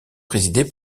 présidé